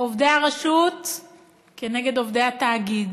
עובדי הרשות כנגד עובדי התאגיד,